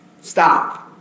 stop